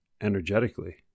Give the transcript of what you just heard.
energetically